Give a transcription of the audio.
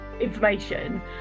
information